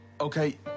Okay